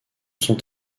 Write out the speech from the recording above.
sont